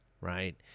right